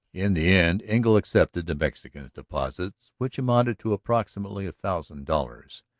in the end engle accepted the mexican's deposits, which amounted to approximately a thousand dollars,